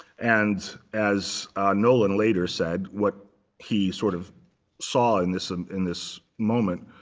and as nolan later said what he sort of saw in this and in this moment,